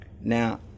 now